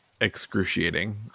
excruciating